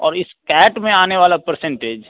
और इस कैट में आने वाला पर्सेंटेज